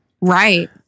Right